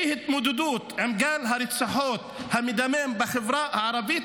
אי-התמודדות עם גל הרציחות המדמם בחברה הערבית,